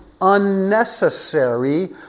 unnecessary